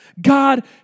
God